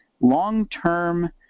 long-term